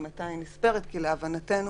להבנתנו,